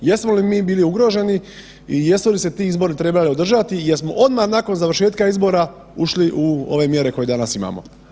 Jesmo li mi bili ugroženi i jesu li se ti izbori trebali održali jel smo odmah nakon završetka izbora ušli u ove mjere koje danas imamo?